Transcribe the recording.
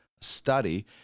study